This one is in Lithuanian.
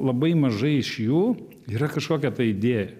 labai mažai iš jų yra kažkokia tai idėja